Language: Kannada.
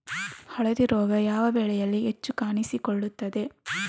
ಹಳದಿ ರೋಗ ಯಾವ ಬೆಳೆಯಲ್ಲಿ ಹೆಚ್ಚು ಕಾಣಿಸಿಕೊಳ್ಳುತ್ತದೆ?